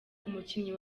umukinnyi